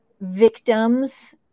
victims